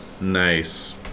Nice